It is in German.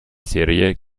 serie